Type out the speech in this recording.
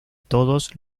todos